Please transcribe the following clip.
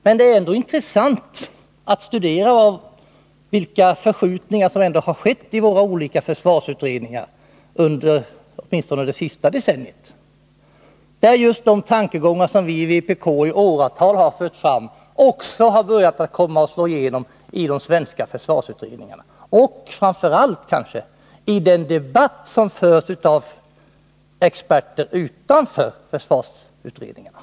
Men det är intressant att studera vilka förskjutningar som ändå skett i våra olika försvarsutredningar under åtminstone det senaste decenniet. Just de tankegångar som vi i vpk i åratal fört fram har börjat slå igenom också i de svenska försvarsutredningarna och kanske framför allt i den debatt som förs av experter utanför försvarsutredningarna.